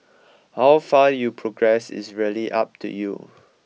how far you progress is really up to you